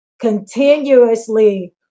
continuously